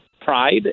pride